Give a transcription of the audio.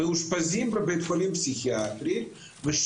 כרקע נפשי, כי יש